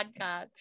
podcast